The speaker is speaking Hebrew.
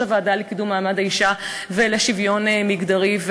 הוועדה לקידום מעמד האישה ולשוויון מגדרי.